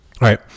right